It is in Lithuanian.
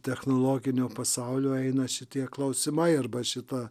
technologinio pasaulio eina šitie klausimai arba šita